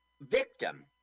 victim